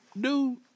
dude